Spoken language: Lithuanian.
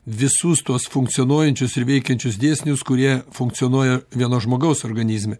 visus tuos funkcionuojančius ir veikiančius dėsnius kurie funkcionuoja vieno žmogaus organizme